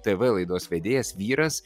tv laidos vedėjas vyras